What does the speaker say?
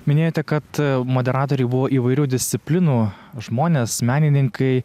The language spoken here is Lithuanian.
minėjote kad moderatoriai buvo įvairių disciplinų žmonės menininkai